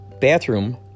bathroom